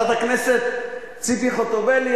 חברת הכנסת ציפי חוטובלי,